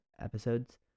episodes